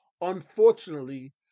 Unfortunately